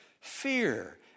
fear